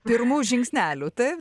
pirmų žingsnelių taip